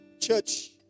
Church